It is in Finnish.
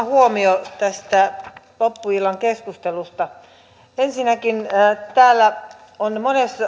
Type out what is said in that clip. huomio tästä loppuillan keskustelusta ensinnäkin täällä on